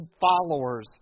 followers